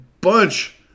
bunch